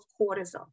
cortisol